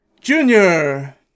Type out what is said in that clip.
Junior